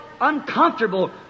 uncomfortable